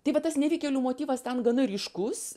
tai va tas nevykėlių motyvas ten gana ryškus